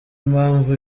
impamvu